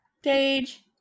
stage